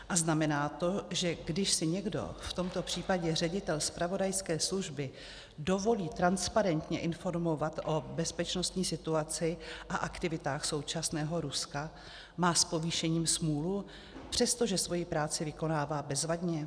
A znamená to, že když si někdo, v tomto případě ředitel zpravodajské služby, dovolí transparentně informovat o bezpečnostní situaci a aktivitách současného Ruska, má s povýšením smůlu, přestože svoji práci vykonává bezvadně?